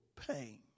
pain